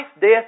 death